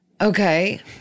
Okay